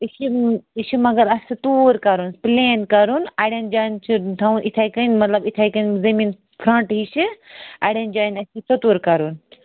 یہِ چھُ یہِ چھُ مگر اَسہِ توٗر کَرُن پٕلین کَرن اَڑٮ۪ن جاین چھ تھاوُن یِتھے کنۍ مَطلَب یِتھے کنۍ زٔمیٖن کھٲنٛٹہٕ ہِشہِ اَڑٮ۪ن جاین آسہِ یہِ سطور کَرُن